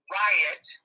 riot